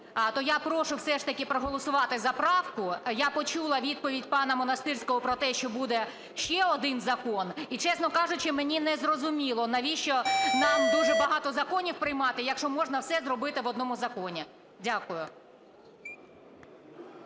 То я прошу все ж таки проголосувати за правку. Я почула відповідь пана Монастирського про те, що буде ще один закон. І, чесно кажучи, мені незрозуміло, навіщо нам дуже багато законів приймати, якщо можна все зробити в одному законі? Дякую.